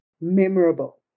memorable